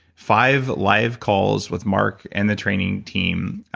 five live calls with mark and the training team,